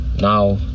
now